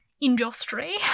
industry